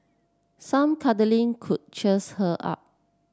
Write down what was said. some cuddling could cheers her up